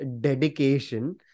dedication